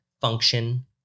function